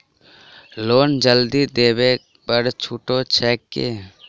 Loan जल्दी देबै पर छुटो छैक की?